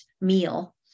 meal